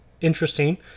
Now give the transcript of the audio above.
interesting